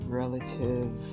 relative